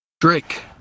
Drake